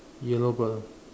yellow bird lah